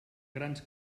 grans